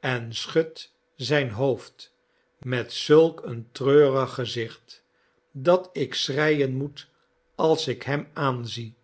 en schudt zijn hoofd met zulk een treurig gezicht dat ik schreien moet als ik hem aanzie